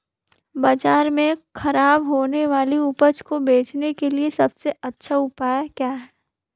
बाजार में खराब होने वाली उपज को बेचने के लिए सबसे अच्छा उपाय क्या हैं?